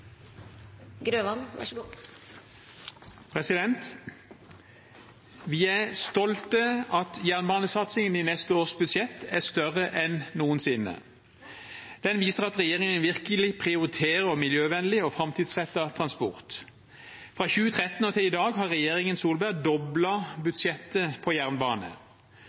større enn noensinne. Den viser at regjeringen virkelig prioriterer miljøvennlig og framtidsrettet transport. Fra 2013 og til i dag har regjeringen Solberg doblet budsjettet på jernbane.